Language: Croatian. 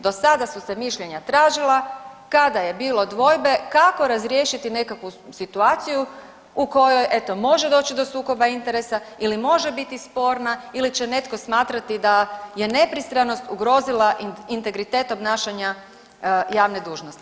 Do sada su se mišljenja tražila kada je bilo dvojbe kako razriješiti nekakvu situaciju u kojoj eto može doći do sukoba interesa ili može biti sporna ili će netko smatrati da je nepristranost ugrozila integritet obnašanja javne dužnosti.